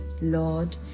Lord